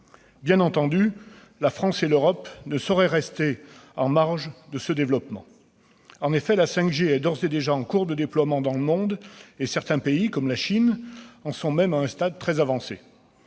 Bien entendu, la France et l'Europe ne sauraient rester en marge de ce développement. En effet, la 5G est d'ores et déjà en cours de déploiement dans le monde ; certains pays, comme la Chine, sont même parvenus à un stade très avancé.